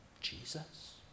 Jesus